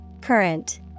Current